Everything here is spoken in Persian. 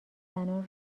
زنان